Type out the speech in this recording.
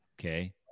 Okay